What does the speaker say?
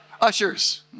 Ushers